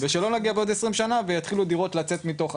ושלא נגיע בעוד 20 שנה ויתחילו דירות לצאת מתוך,